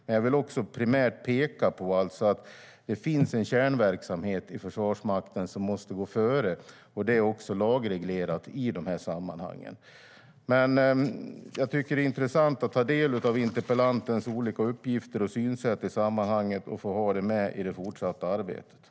Men jag vill primärt peka på att det finns en kärnverksamhet i Försvarsmakten som måste gå före, och det är också lagreglerat.